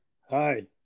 Hi